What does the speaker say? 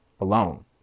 alone